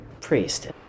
priest